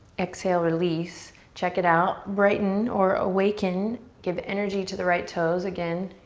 exhale, release. check it out. brighten or awaken. give energy to the right toes, again,